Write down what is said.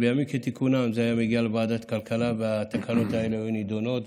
בימים כתיקונם זה היה מגיע לוועדת הכלכלה והתקנות האלה היו נדונות,